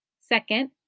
Second